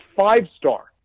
five-star